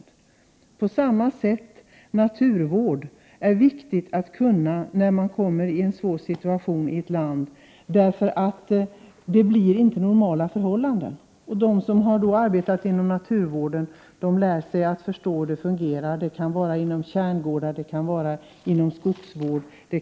Det är på samma sätt viktigt att ha kunskaper om naturvård när ett land hamnar i en svår situation då det inte råder normala förhållanden. De som har arbetat inom naturvården lär sig att förstå hur det fungerar t.ex. inom kärngårdar och skogsvård.